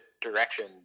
direction